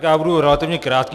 Já budu relativně krátký.